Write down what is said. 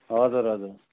हजुर हजुर